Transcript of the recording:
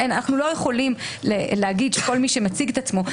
אנחנו לא יכולים להגיד שכל מי שמציג את כעצמו.